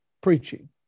preaching